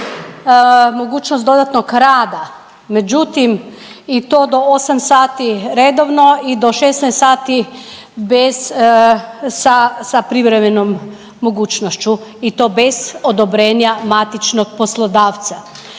mogućnost dodatnog rada, međutim, i to do 8 sati redovno i do 16 sati bez, sa privremenom mogućnošću i to bez odobrenja matičnog poslodavca